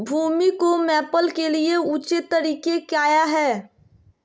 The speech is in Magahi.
भूमि को मैपल के लिए ऊंचे तरीका काया है?